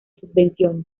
subvenciones